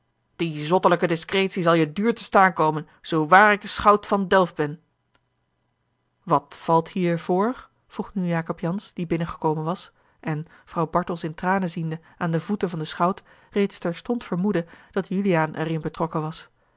die zottelijke discretie zal je duur te staan komen zoowaar ik schout van delft ben wat valt hier voor vroeg nu jacob jansz die binnengekomen was en vrouw bartels in tranen ziende aan de voeten van den schout reeds terstond vermoedde dat juliaan er in betrokken was